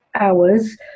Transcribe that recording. Hours